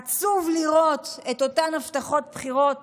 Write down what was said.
עצוב לראות את אותן הבטחות בחירות